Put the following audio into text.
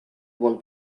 one